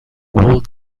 walt